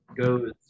goes